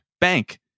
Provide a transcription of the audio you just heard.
Bank